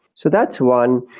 so that's one.